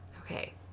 Okay